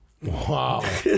Wow